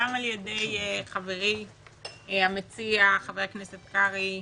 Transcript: גם על ידי חברי המציע, חבר הכנסת קרעי,